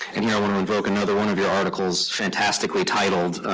and here i'm going to invoke another one of your articles, fantastically titled.